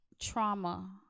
trauma